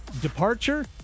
departure